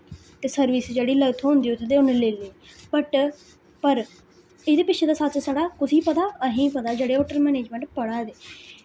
ते सर्विस जेह्ड़ी ल थ्होंदी उत्थै ते उ'न्न लेई लेई बट पर एह्दे पिच्छें दा सच्च शड़ा कु'सी पता असेंगी पता जेह्ड़े होटल मनेजमैंट पढ़ा दे